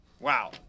Wow